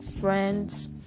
friends